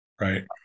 Right